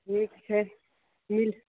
निक छै मिल